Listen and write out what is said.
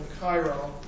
Cairo